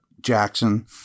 Jackson